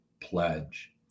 Pledge